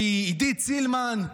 שהיא עידית סילמן.